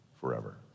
forever